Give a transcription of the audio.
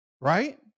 right